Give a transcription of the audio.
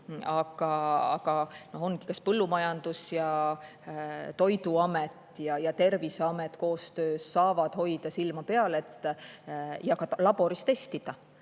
Aga Põllumajandus‑ ja Toiduamet ja Terviseamet koostöös saavad hoida silma peal ja laboris testida,